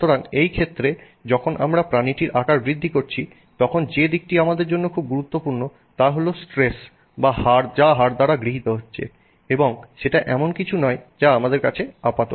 সুতরাং এই ক্ষেত্রে যখন আমরা প্রাণীটির আকার বৃদ্ধি করছি তখন যে দিকটি আমাদের জন্য খুব গুরুত্বপূর্ণ তা হল স্ট্রেস যা হাড় দ্বারা গৃহীত হচ্ছে এবং সেটা এমন কিছু নয় যা আমাদের কাছে আপাত